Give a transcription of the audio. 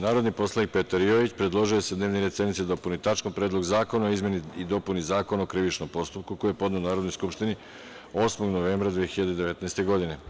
Narodni poslanik Petar Jojić predložio je da se dnevni red sednice dopuni tačkom – Predlog zakona o izmeni i dopuni Zakona o krivičnom postupku, koji je podneo Narodnoj skupštini 8. novembra 2019. godine.